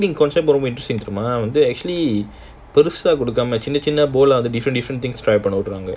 the marketing concept actually பெருசா கொடுக்காம:perusaa kodukkaama the different different things try பண்ணிட்டுருந்தோம்:pannitturunthom